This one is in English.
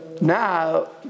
Now